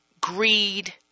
greed